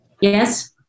yes